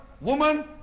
woman